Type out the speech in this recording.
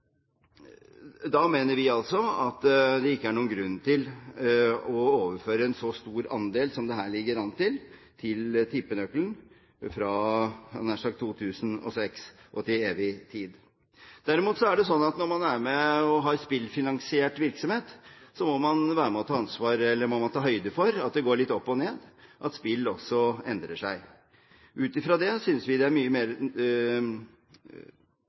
Da mener vi at det ikke er noen grunn til å overføre en så stor andel som det her ligger an til, til tippenøkkelen fra 2006 og, nær sagt, til evig tid. Derimot er det slik at når man er med og har spillfinansiert virksomhet, må man ta høyde for at det går litt opp og ned – at spill også endrer seg. Ut fra det synes vi det er mye